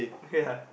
ya